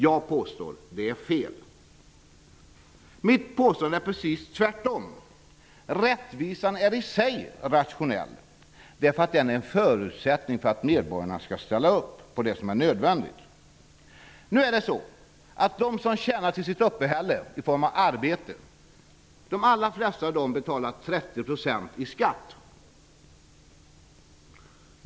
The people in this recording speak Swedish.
Jag påstår att det är fel. Jag menar precis tvärtom: Rättvisan är i sig rationell, därför att den är en förutsättning för att medborgarna skall ställa upp på det som är nödvändigt. De allra flesta av dem som genom arbete tjänar till sitt uppehälle betalar 30 % skatt.